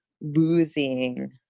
losing